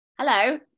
Hello